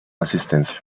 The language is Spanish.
asistencia